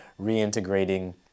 reintegrating